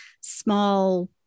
small